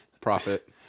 profit